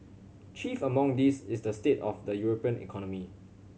chief among these is the state of the European economy